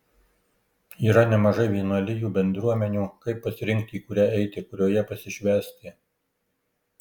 yra nemažai vienuolijų bendruomenių kaip pasirinkti į kurią eiti kurioje pasišvęsti